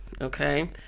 okay